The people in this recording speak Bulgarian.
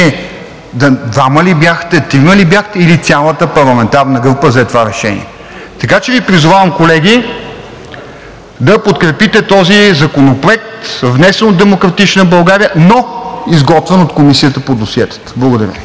двама ли бяхте, трима ли бяхте, или цялата парламентарна група взе това решение. Призовавам Ви колеги, да подкрепите този законопроект, внесен от „Демократична България“, но изготвен от Комисията по досиетата. Благодаря.